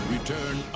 Return